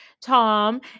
Tom